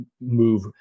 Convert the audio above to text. move